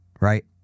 right